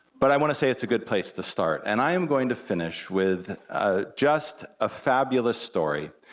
but i wanna say it's a good place to start, and i am going to finish with ah just a fabulous story.